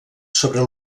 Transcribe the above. sobre